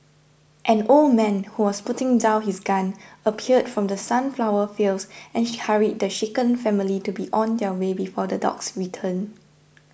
an old man who was putting down his gun appeared from the sunflower fields and hurried the shaken family to be on their way before the dogs return